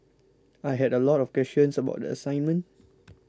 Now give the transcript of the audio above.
I had a lot of questions about the assignment